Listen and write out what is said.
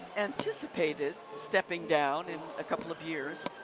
anticipated stepping down in a couple of years.